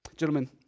Gentlemen